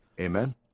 Amen